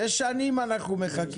שש שנים אנחנו מחכים.